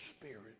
spirit